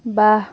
বাহ